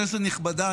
כנסת נכבדה,